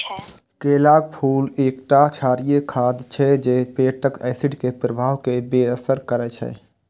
केलाक फूल एकटा क्षारीय खाद्य छियै जे पेटक एसिड के प्रवाह कें बेअसर करै छै